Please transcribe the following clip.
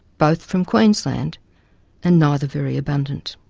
both from queensland and neither very abundant.